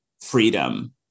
freedom